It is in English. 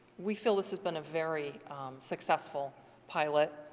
we feel this has been a very successful pilot.